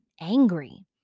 angry